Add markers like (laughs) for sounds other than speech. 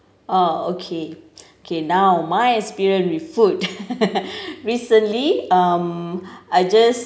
oh okay okay now my experience with food (laughs) recently um I just